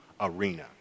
arena